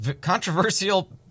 controversial